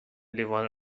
لیوان